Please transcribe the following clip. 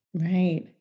Right